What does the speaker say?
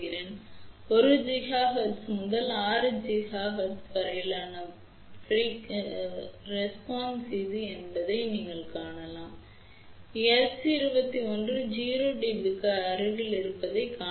எனவே 1 GHz முதல் 6 GHz வரையிலான பதில் இது என்பதை நீங்கள் இங்கே காணலாம் S21 0 dB க்கு அருகில் இருப்பதைக் காணலாம்